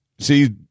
see